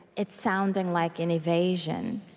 it's sounding like an evasion.